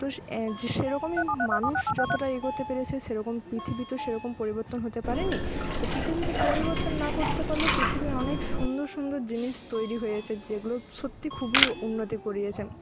তো সেরকমই মানুষ যতোটা এগোতে পেরেছে সেরকম পৃথিবী তো সেরকম পরিবর্তন হতে পারে নি তো পৃথিবীতে পরিবর্তন না করতে পারলেও পৃথিবীর অনেক সুন্দর সুন্দর জিনিস তৈরি হয়েছে যেগুলো সত্যিই খুবই উন্নতি করিয়েছে